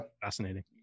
Fascinating